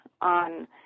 on